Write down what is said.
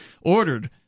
ordered